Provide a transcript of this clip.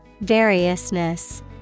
Variousness